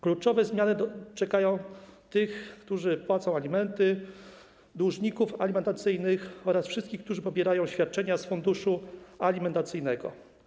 Kluczowe zmiany czekają tych, którzy płacą alimenty, dłużników alimentacyjnych oraz wszystkich, którzy pobierają świadczenia z funduszu alimentacyjnego.